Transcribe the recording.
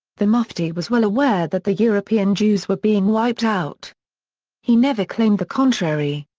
the mufti was well aware that the european jews were being wiped out he never claimed the contrary.